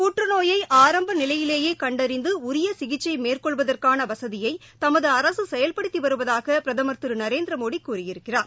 புற்றநோயை ஆரம்ப நிலையிலேயே கண்டறிந்து உரிய சிகிச்சை மேற்கொள்வதற்கான வசதியை தமது அரசு செயல்படுத்தி வருவதாக பிரதமர் திரு நரேந்திரமோடி கூறியிருக்கிறார்